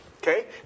Okay